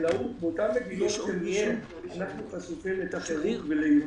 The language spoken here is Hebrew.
בחקלאות באותן מדינות שמהן אנחנו חשופים לתחרות ולייבוא.